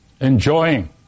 enjoying